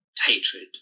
hatred